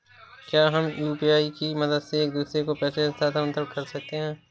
क्या हम यू.पी.आई की मदद से एक दूसरे को पैसे स्थानांतरण कर सकते हैं?